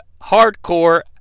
hardcore